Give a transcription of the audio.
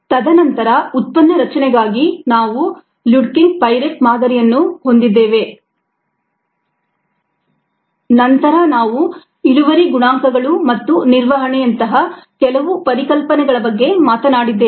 ತದನಂತರ ಉತ್ಪನ್ನ ರಚನೆಗಾಗಿ ನಾವು ಲ್ಯೂಡೆಕಿಂಗ್ ಪೈರೆಟ್ ಮಾದರಿಯನ್ನು ಹೊಂದಿದ್ದೇವೆ rpαrxβx ನಂತರ ನಾವು ಇಳುವರಿ ಗುಣಾಂಕಗಳು ಮತ್ತು ನಿರ್ವಹಣೆ ಯಂತಹ ಕೆಲವು ಪರಿಕಲ್ಪನೆಗಳ ಬಗ್ಗೆ ಮಾತನಾಡಿದ್ದೇವೆ